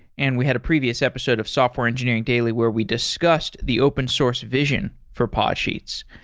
and we had a previous episode of software engineering daily where we discussed the open source vision for podsheets.